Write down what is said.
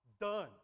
Done